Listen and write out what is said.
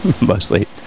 Mostly